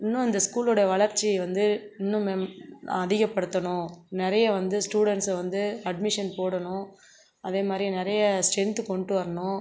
இன்னும் இந்த ஸ்கூலோட வளர்ச்சியை வந்து இன்னும் மெம் அதிகப்படுத்தணும் நிறைய வந்து ஸ்டூடண்ட்ஸை வந்து அட்மிஷன் போடணும் அதே மாதிரி நிறைய ஸ்ட்ரென்த்து கொண்டு வரணும்